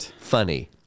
funny